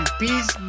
peace